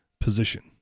position